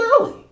early